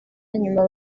nyuma